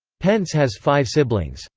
pence has five siblings.